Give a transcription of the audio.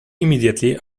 immediately